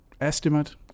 estimate